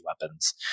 weapons